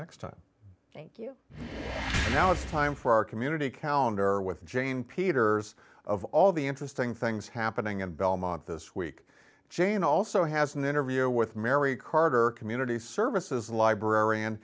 next time thank you now it's time for our community calendar with jane peters of all the interesting things happening in belmont this week jane also has an interview with mary carter community services librarian